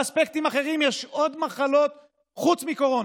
באספקטים אחרים יש עוד מחלות חוץ מקורונה,